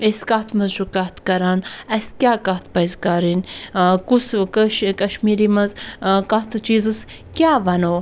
أسۍ کَتھ مَنٛز چھُ کَتھ کَران اَسہِ کیٛاہ کَتھ پَزِ کَرٕنۍ کُس کَشمیٖری مَنٛز کَتھ چیٖزَس کیٛاہ وَنو